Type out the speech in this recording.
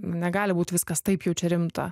negali būti viskas taip jau čia rimta